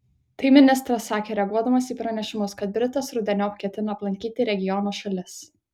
tai ministras sakė reaguodamas į pranešimus kad britas rudeniop ketina aplankyti regiono šalis